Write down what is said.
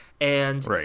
Right